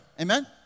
Amen